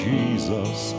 Jesus